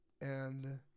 and-